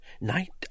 Night